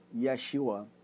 Yeshua